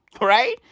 Right